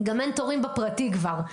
גם אין תורים בפרטי כבר.